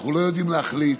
אנחנו לא יודעים להחליט,